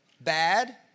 Bad